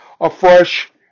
afresh